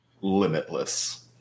Limitless